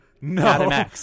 No